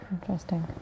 Interesting